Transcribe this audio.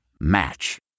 Match